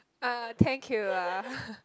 uh thank you ah